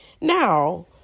Now